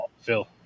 Phil